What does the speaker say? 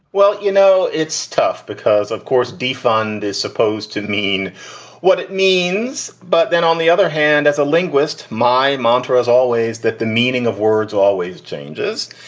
well, you know, it's tough because, of course, defund is supposed to mean what it means. but then, on the other hand, as a linguist, my mantra is always that the meaning of words always changes.